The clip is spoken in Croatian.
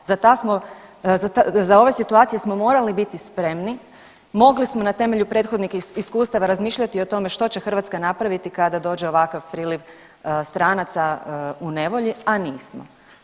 Za ta smo, za ove situacije smo morali biti spremi, mogli smo na temelju prethodnih iskustava razmišljati o tome što će Hrvatska napraviti kada dođe ovakav priliv stranaca u nevolji, a nismo.